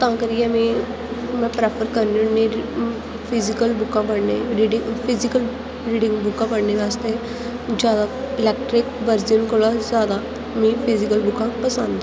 तां करियै मीं में प्रैफर करनी होन्नी फिजीकल बुक्कां पढ़ने गी रीडिंग फिजीकल रीडिंग बुक्कां पढ़ने आस्तै जैदा इलेक्ट्रिक वर्जन कोला जैदा मिगी फिजीकल बुक्कां पसंद न